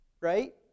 Right